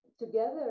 Together